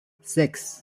sechs